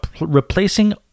replacing